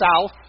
south